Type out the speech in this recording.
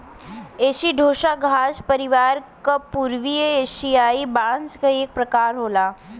एसिडोसा घास परिवार क पूर्वी एसियाई बांस क एक प्रकार होला